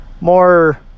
more